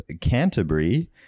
Canterbury